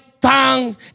tongue